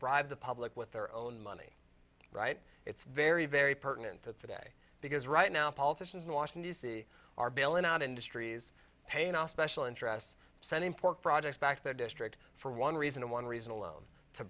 bribe the public with their own money right it's very very pertinent that today because right now politicians in washington d c are bailing out industries paying our special interests sending pork projects back their districts for one reason and one reason alone to